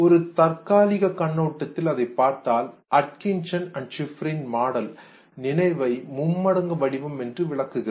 ஒரு தற்காலிக கண்ணோட்டத்தில் அதைப் பார்த்தால் Atkinson and Shiffrin model Atkinson Shiffrin's model நினைவை மும்மடங்கு வடிவம் என்று விளக்குகிறது